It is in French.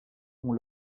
font